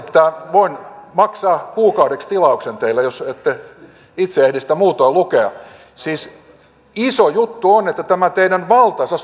voin maksaa kuukaudeksi tilauksen teille jos ette itse ehdi sitä muutoin lukea siis iso juttu on että tämä teidän valtaisa